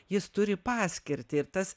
jis turi paskirtį ir tas